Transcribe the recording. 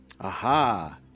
Aha